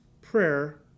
prayer